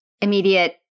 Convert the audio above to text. immediate